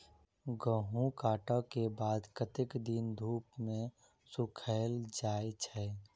गहूम कटला केँ बाद कत्ते दिन धूप मे सूखैल जाय छै?